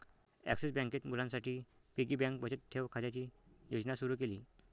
axis बँकेत मुलांसाठी piggy bank बचत ठेव खात्याची योजना सुरू केली